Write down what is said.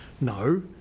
No